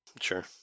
Sure